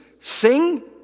sing